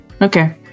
Okay